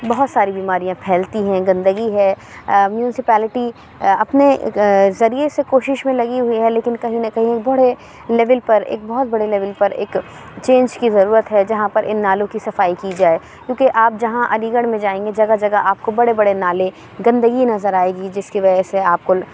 بہت ساری بیماریاں پھیلتی ہیں گندگی ہے میونسپیلٹی اپنے ذریعے سے کوشش میں لگی ہوئی ہے لیکن کہیں نہ کہیں بڑے لیول پر ایک بہت بڑے لیول پر ایک چینج کی ضرورت ہے جہاں پر اِن نالوں کی صفائی کی جائے کیونکہ آپ جہاں علی گڑھ میں جائیں گے جگہ جگہ آپ کو بڑے بڑے نالے گندگی نظر آئے گی جس کی وجہ سے آپ کو